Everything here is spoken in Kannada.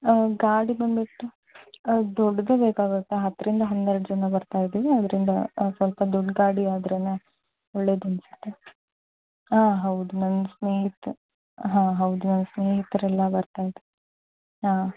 ಹಾಂ ಗಾಡಿ ಬಂದುಬಿಟ್ಟು ದೊಡ್ಡದು ಬೇಕಾಗುತ್ತೆ ಹತ್ತರಿಂದ ಹನ್ನೆರಡು ಜನ ಬರ್ತಾ ಇದಿವಿ ಆದ್ರಿಂದ ಸ್ವಲ್ಪ ದೊಡ್ಡ ಗಾಡಿ ಆದ್ರೇ ಒಳ್ಳೆಯದು ಅನಿಸುತ್ತೆ ಹಾಂ ಹೌದು ನಮ್ಮ ಸ್ನೇಹಿತ್ರು ಹಾಂ ಹೌದು ನಮ್ಮ ಸ್ನೇಹಿತ್ರೆಲ್ಲ ಬರ್ತಾ ಇದ್ದಾರೆ ಹಾಂ